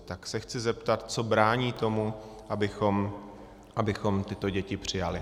Tak se chci zeptat, co brání tomu, abychom tyto děti přijali.